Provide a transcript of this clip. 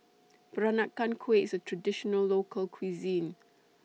Peranakan Kueh IS A Traditional Local Cuisine